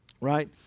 Right